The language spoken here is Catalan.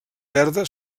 verda